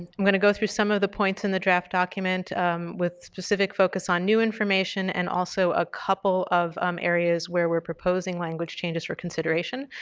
and i'm going to go through some of the points in the draft document with specific focus on new information and also a couple of um areas where we're proposing language changes for consideration.